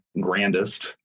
grandest